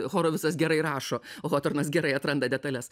horovicas gerai rašo hotornas gerai atranda detales